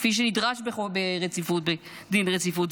כפי שנדרש בדין רציפות,